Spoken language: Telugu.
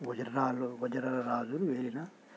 వజ్ర రాళ్ళు వజ్ర రాజులు ఏలిన